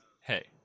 hey